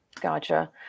Gotcha